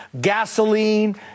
gasoline